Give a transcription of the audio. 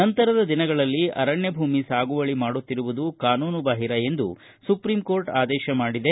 ನಂತರದ ದಿನಗಳಲ್ಲಿ ಅರಣ್ಡ ಭೂಮಿ ಸಾಗುವಳಿ ಮಾಡುತ್ತಿರುವುದು ಕಾನೂನುಬಾಹಿರ ಎಂದು ಸುಪ್ರೀಂ ಕೋರ್ಟ ಆದೇಶ ಮಾಡಿದೆ